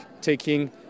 taking